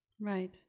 Right